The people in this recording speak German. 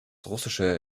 russische